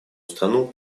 страну